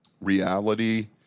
Reality